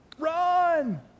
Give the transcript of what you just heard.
Run